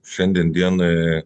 šiandien dienai